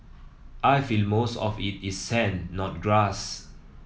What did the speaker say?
I feel most of it is sand not grass